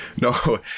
No